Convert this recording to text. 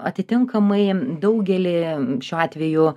atitinkamai daugelį šiuo atveju